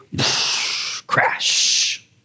crash